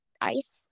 ice